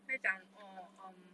他就讲 orh err